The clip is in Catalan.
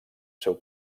seu